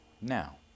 now